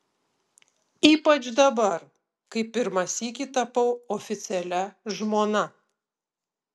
ypač dabar kai pirmą sykį tapau oficialia žmona